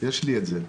יש לי את זה.